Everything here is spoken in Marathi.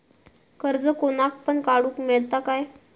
कर्ज कोणाक पण काडूक मेलता काय?